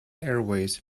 airways